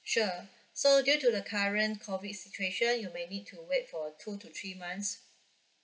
sure so due the current COVID situation you may need to wait for two to three months